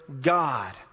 God